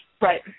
Right